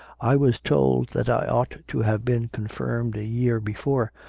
i was told that i ought to have been confirmed a year before,